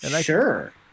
Sure